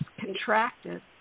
contracted